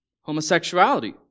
homosexuality